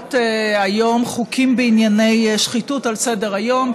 להעלות היום חוקים בענייני שחיתות על סדר-היום,